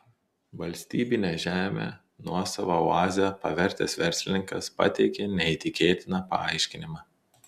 valstybinę žemę nuosava oaze pavertęs verslininkas pateikė neįtikėtiną paaiškinimą